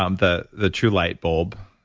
um the the truelight bulb,